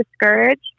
discouraged